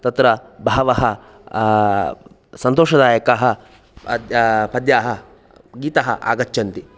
तत्र बहवः सन्तोषदायकः अद्य पद्याः गीतः आगच्छन्ति